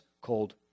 called